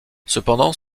cependant